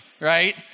right